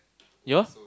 your's